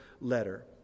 letter